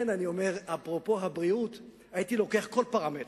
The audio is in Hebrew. אפרופו הבריאות, הייתי לוקח כל פרמטר,